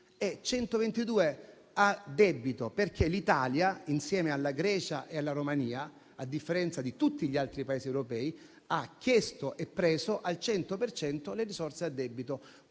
e 122 a debito, perché l'Italia, insieme alla Grecia e alla Romania, a differenza di tutti gli altri Paesi europei, ha chiesto e preso al 100 per cento le risorse a debito,